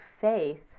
faith